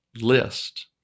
list